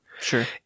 sure